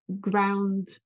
ground